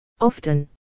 Often